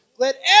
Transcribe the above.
Let